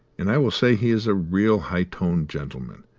and i will say he is a real high-toned gentleman,